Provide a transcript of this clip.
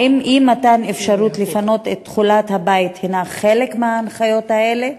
3. האם אי-מתן אפשרות לפנות את תכולת הבית הוא חלק מההנחיות האלה?